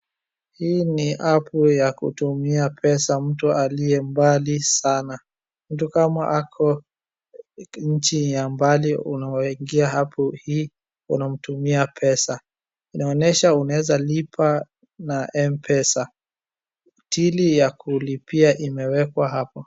Hii ni app ya kutumia pesa mtu aliye mbali sana. Mtu kama ako nchi ya mbali unaoingia app hii unamtumia pesa. Inaonyesha unaweza lipa na Mpesa . Till ya kulipia imewekwa hapa.